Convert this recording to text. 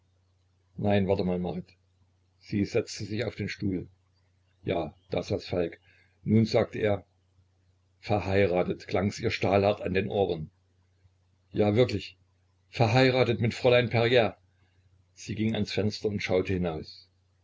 nein warte mal marit sie setzte sich auf den stuhl ja da saß falk nun sagte er verheiratet klangs ihr stahlhart in den ohren ja wirklich verheiratet mit fräulein perier sie ging ans fenster und schaute hinaus